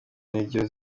niryo